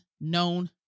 known